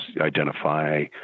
identify